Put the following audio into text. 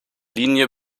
linie